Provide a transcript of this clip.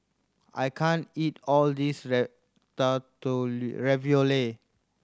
I can't eat all this Ratatouille